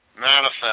Manifest